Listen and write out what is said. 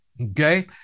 Okay